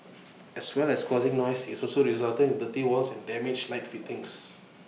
as well as causing noise IT also resulted in dirty walls and damaged light fittings